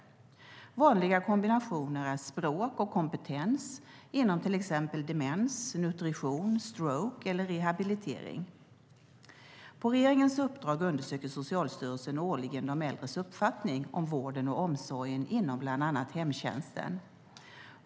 Vanliga kombinationer är språk och kompetens inom till exempel demens, nutrition, stroke eller rehabilitering. På regeringens uppdrag undersöker Socialstyrelsen årligen de äldres uppfattning om vården och omsorgen inom bland annat hemtjänsten.